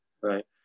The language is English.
right